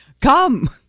Come